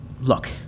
Look